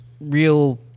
real